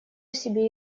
себе